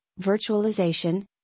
virtualization